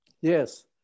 Yes